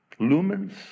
lumens